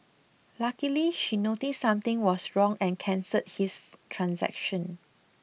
luckily she noticed something was wrong and cancelled his transaction